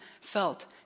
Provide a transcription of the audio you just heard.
felt